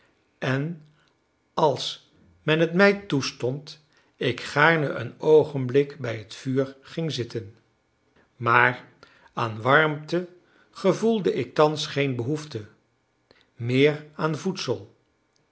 en als men het mij toestond ik gaarne een oogenblik bij het vuur ging zitten maar aan warmte gevoelde ik thans geen behoefte meer aan voedsel